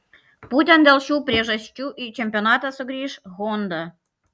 būtent dėl šių priežasčių į čempionatą sugrįš honda